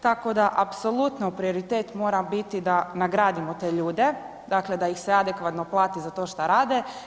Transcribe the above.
Tako da apsolutno prioritet mora biti da nagradimo te ljude, dakle da ih se adekvatno plati za to što rade.